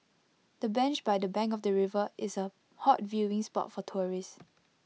the bench by the bank of the river is A hot viewing spot for tourists